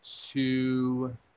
two